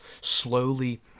slowly